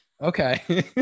Okay